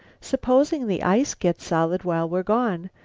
supposing the ice gets solid while we're gone.